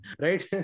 right